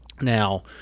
Now